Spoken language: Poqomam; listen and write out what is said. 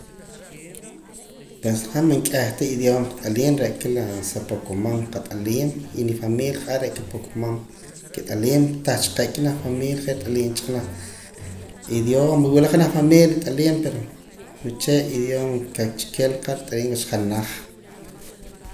Pues han man k'ih ta idioma wat'aliim re' aka la sa poqomam qat'aliim y nifamilia ja'ar re' aka pan poqomam kit'aliim tah cha qa'k'eh junaj familia je t'aliim cha junaj idioma wula junaj familia rit'aliim pero uche' idioma kakchiquel qa rkit'aliim wach janaj.